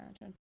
Imagine